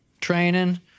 training